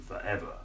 forever